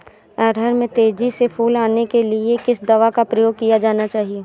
अरहर में तेजी से फूल आने के लिए किस दवा का प्रयोग किया जाना चाहिए?